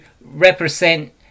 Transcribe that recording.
represent